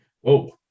Whoa